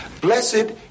Blessed